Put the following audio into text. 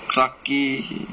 clarke quay